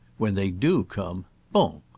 when they do come. bon!